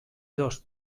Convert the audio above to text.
dos